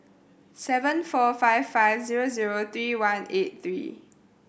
seven four five five zero zero three one eight three